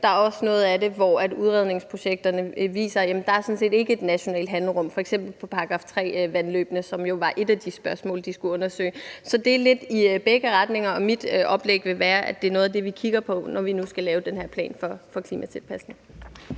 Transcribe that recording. Der er også noget af det, hvor udredningsprojekterne viser, at der sådan set ikke er et nationalt handlerum, f.eks. § 3-vandløbene, som jo var et af de spørgsmål, de skulle undersøge. Så det er lidt i begge retninger. Mit oplæg vil være, at det er noget af det, vi kigger på, når vi nu skal lave den her plan for klimatilpasning.